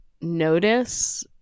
notice